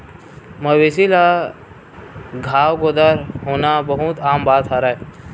मवेशी ल घांव गोदर होना बहुते आम बात हरय